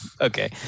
Okay